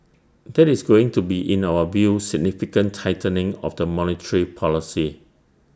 that is going to be in our view significant tightening of the monetary policy